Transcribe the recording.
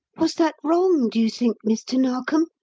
was that wrong, do you think, mr. narkom?